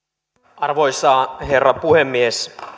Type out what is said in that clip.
arvoisa herra puhemies